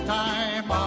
time